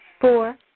Four